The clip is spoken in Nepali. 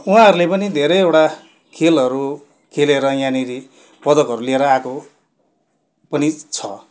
उहाँहरूले पनि धेरैवटा खेलहरू खेलेर यहाँनिर पदकहरू लिएर आएको हो पनि छ